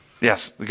Yes